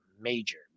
major